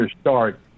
start